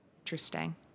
Interesting